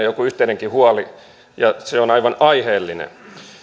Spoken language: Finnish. joku yhteinenkin huoli ja se on aivan aiheellinen